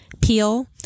peel